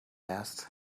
asked